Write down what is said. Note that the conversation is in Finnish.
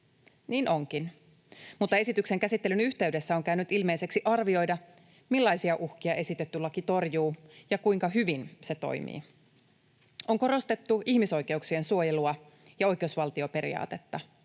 Niin onkin, mutta esityksen käsittelyn yhteydessä on käynyt ilmeiseksi arvioida, millaisia uhkia esitetty laki torjuu ja kuinka hyvin se toimii. On korostettu ihmisoikeuksien suojelua ja oikeusvaltioperiaatetta.